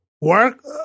work